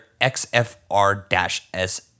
XFR-S